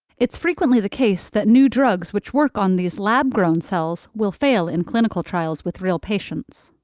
it's frequently the case that new drugs, which work on these lab-grown cells, will fail in clinical trials with real patients.